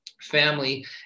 family